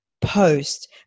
post